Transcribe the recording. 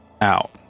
out